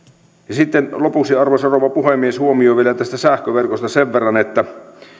sitten lopuksi arvoisa rouva puhemies vielä tästä sähköverkosta sen verran että